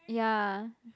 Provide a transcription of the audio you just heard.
ya